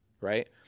right